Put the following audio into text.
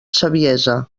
saviesa